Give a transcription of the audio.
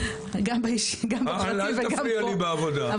אל תפריע לי בעבודה.